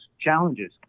challenges